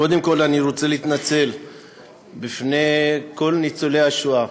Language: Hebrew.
קודם כול אני רוצה להתנצל בשם ממשלת ישראל בפני כל ניצולי השואה